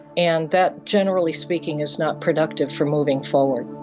and that generally speaking is not productive for moving forward.